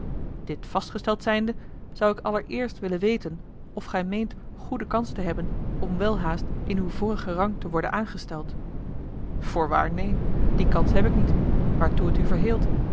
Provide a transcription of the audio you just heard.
dit vastgesteld zijnde zou ik allereerst willen weten of gij meent goede kans te hebben om welhaast in uw vorigen rang te worden aangesteld voorwaar neen die kans heb ik niet waartoe het u verheeld